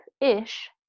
Ish